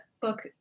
book